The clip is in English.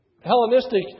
Hellenistic